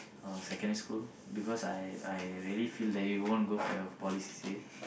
uh secondary school because I I really feel that you won't go for your poly C_C_A